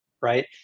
right